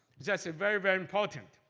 is yeah so very, very important.